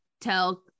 tell